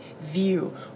view